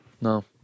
no